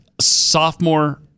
Sophomore